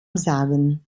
sagen